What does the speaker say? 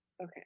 Okay